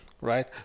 Right